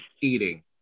eating